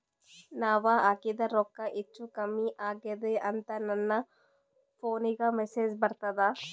ನಾವ ಹಾಕಿದ ರೊಕ್ಕ ಹೆಚ್ಚು, ಕಮ್ಮಿ ಆಗೆದ ಅಂತ ನನ ಫೋನಿಗ ಮೆಸೇಜ್ ಬರ್ತದ?